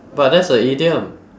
but that's a idiom